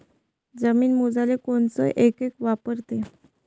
जमीन मोजाले कोनचं एकक वापरते?